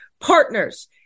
partners